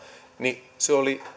niin se oli